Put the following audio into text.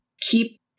keep